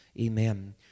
Amen